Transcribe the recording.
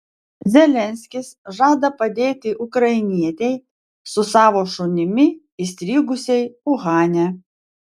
zelenskis žada padėti ukrainietei su savo šunimi įstrigusiai uhane